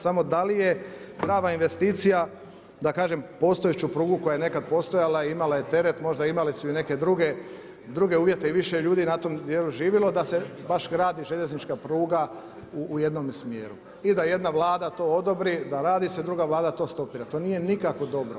Samo da li je prava investicija postojeću prugu koja je nekad postojala imala je teret, možda imale su i neke druge uvjete i više je ljudi na tom dijelu živilo da se baš gradi željeznička pruga u jednom smjeru i da je jedna vlada to odobri da radi se, druga vlada to stopira to nije nikako dobro.